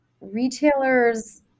retailers